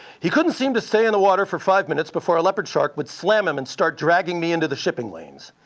he couldn't seem to stay in the water for five minutes before a leopard shark would slam him and start dragging me into the shipping lanes.